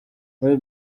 muri